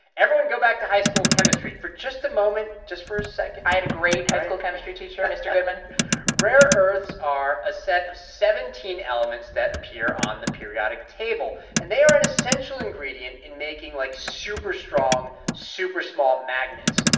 everyone, go back to high school chemistry for just a moment, just for a second i had a great high school chemistry teacher, mr. goodman rare earths are a set of seventeen elements that appear on the periodic table. and they are an essential ingredient in making, like, super-strong, super-small magnets,